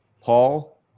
Paul